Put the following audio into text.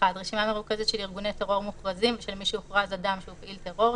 רשימה מרוכזת של ארגוני טרור מוכרזים ושל מי שהוכרז אדם שהוא פעיל טרור,